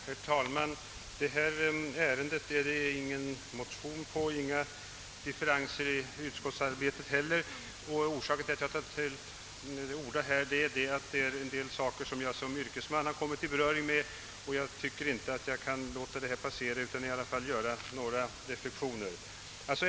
Herr talman! Det finns ingen motion i detta ärende, och det finns inga avvikande åsikter i utskottet. Orsaken till att jag tar till orda är en del förhållanden jag som yrkesman kommiti beröring med, och jag tycker inte att jag kan låta ärendet passera utan att avge några reflexioner.